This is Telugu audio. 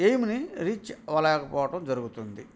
ఏయిమ్ని రీచ్ అవలేకపోవటం జరుగుతుంది